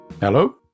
Hello